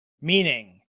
meaning